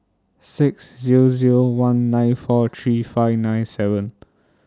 six Zero Zero one nine four three five nine seven